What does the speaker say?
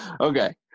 okay